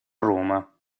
roma